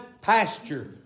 pasture